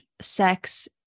sex